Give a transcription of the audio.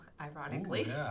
ironically